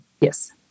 Yes